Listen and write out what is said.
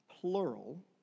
plural